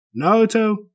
Naruto